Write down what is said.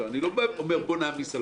אני לא אומר: בוא נעמיס על